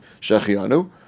Shachianu